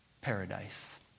paradise